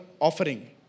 offering